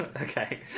Okay